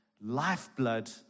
lifeblood